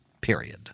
period